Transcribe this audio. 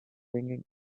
ringing